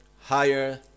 higher